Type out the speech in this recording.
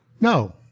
No